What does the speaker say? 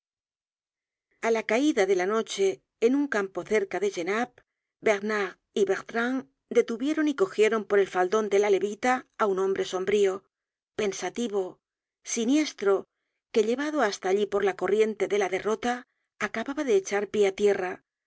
a la caida de la noche en un campo cerca de genappe bernard y bertrand detuvieron y cogieron por el faldon de la levita á un hombre sombrío pensativo siniestro que llevado hasta allí por la corriente de la derrota acababa de echar pie á tierra